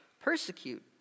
persecute